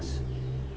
s~